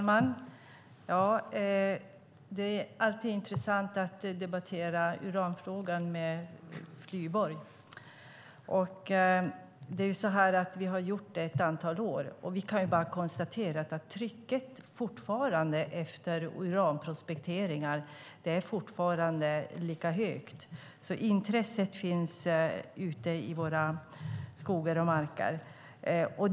Herr talman! Det är alltid intressant att debattera uranfrågan med Eva Flyborg. Vi har gjort det under ett antal år, och vi kan konstatera att trycket efter uranprospektering i våra skogar och marker fortfarande är stort.